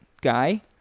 guy